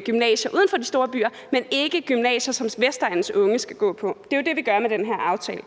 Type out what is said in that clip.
gymnasier uden for de store byer, men ikke gymnasier, som Vestegnens unge skal gå på. Det er jo det, vi gør med den her aftale.